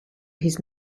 his